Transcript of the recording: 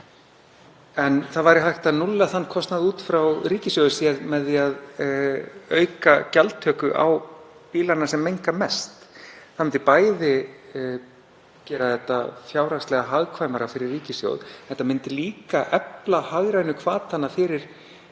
En það væri hægt að núlla þann kostnað út frá ríkissjóði séð með því að auka gjaldtöku á bílana sem menga mest. Það myndi gera þetta fjárhagslega hagkvæmara fyrir ríkissjóð. Það myndi líka efla hagrænu hvatana fyrir